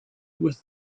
with